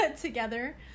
together